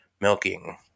milking